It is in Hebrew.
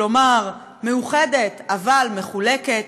כלומר מאוחדת אבל מחולקת,